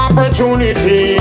Opportunity